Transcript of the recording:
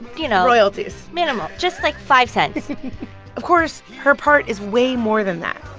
you know. royalties. minimal, just like five cents of course, her part is way more than that.